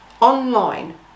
online